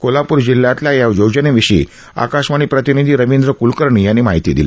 कोल्हापूर जिल्ह्यातल्या या योजनेविषयी आकाशवाणी प्रतिनिधी रवींद्र कुलकर्णी यांनी ही माहिती दिली